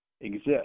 exist